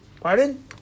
Pardon